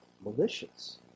malicious